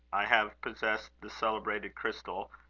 i have possessed the celebrated crystal,